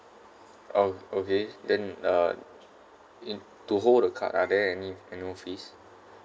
oh okay then uh in to hold the card are there any annual fees